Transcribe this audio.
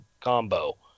combo